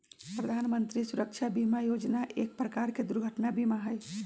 प्रधान मंत्री सुरक्षा बीमा योजना एक प्रकार के दुर्घटना बीमा हई